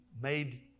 made